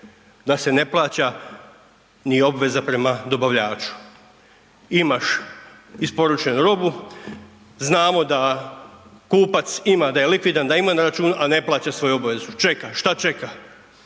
da se ne plaća ni obveza prema dobavljaču. Imaš isporučenu robu, znamo da kupac ima da je likvidan da ima na računu, a ne plaća svoju obavezu, čeka, šta čeka.